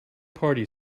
party